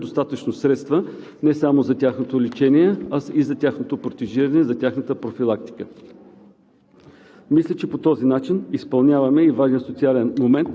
Това е особено важно в условията на пандемия, когато могат да се осигурят достатъчно средства не само за тяхното лечение, а и за тяхното протежиране, за тяхната профилактика.